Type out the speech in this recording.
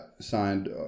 signed